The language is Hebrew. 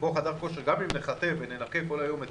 שבו גם אם נחטא וננקה כל היום את